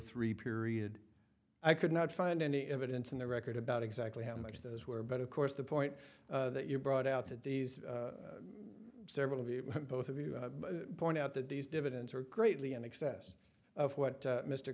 three period i could not find any evidence in the record about exactly how much those were but of course the point that you brought out that these several of you both of you point out that these dividends were greatly in excess of what